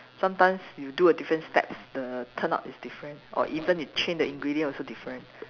sometimes you do a different steps the turn out is different or even you change the ingredient also different